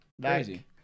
Crazy